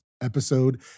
episode